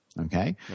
okay